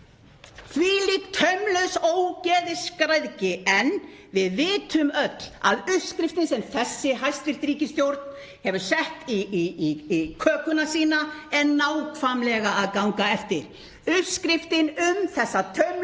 Þvílík taumlaus ógeðsgræðgi, en við vitum öll að uppskriftin sem þessi hæstv. ríkisstjórn hefur sett í kökuna sína er nákvæmlega að ganga eftir, uppskriftin um þessa taumlausu